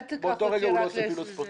שבאותו רגע הוא לא עושה פעילות ספורטיבית.